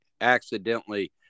accidentally